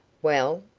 well?